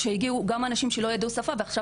כשהגיעו גם אנשים שלא ידעו את השפה ועכשיו